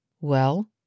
Well